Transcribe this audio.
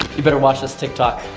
you better watch this tik tok.